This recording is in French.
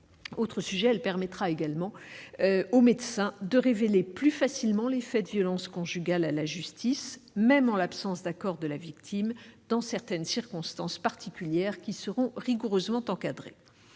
et à permettre aux médecins de révéler plus facilement les faits de violences conjugales à la justice, même en l'absence d'accord de la victime, dans certaines circonstances particulières rigoureusement encadrées.